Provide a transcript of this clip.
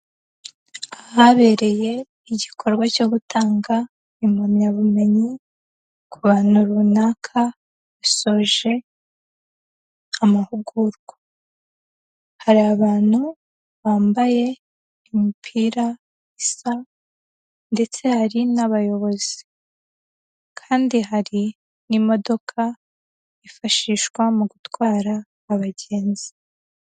Ahabereye igikorwa cyo gutanga impamyabumenyi ku bantu runaka basoje amahugurwa, hari abantu bambaye imipira isa ndetse hari n'abayobozi kandi hari n'imodoka yifashishwa mu gutwara abagenzi.